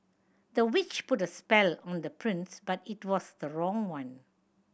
the witch put a spell on the prince but it was the wrong one